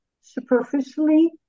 superficially